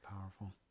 powerful